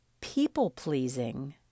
People-pleasing